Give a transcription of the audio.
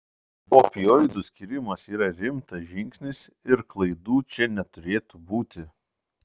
opioidų skyrimas yra rimtas žingsnis ir klaidų čia neturėtų būti